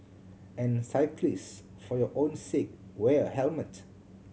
and cyclists for your own sake wear a helmet